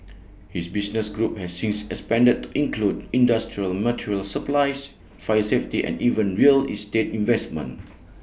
his business group has since expanded to include industrial material supplies fire safety and even real estate investment